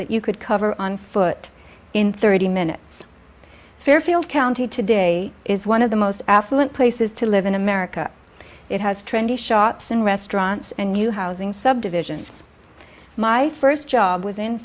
that you could cover on foot in thirty minutes fairfield county today is one of the most affluent places to live in america it has trendy shops and restaurants and new housing subdivisions my first job w